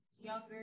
younger